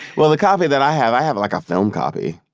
well, the copy that i have, i have, like, a film copy.